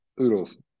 oodles